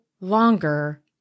longer